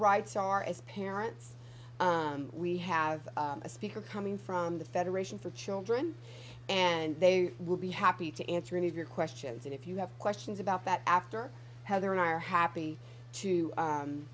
rights are as parents we have a speaker coming from the federation for children and they will be happy to answer any of your questions and if you have questions about that after have there are happy to